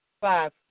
Five